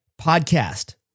Podcast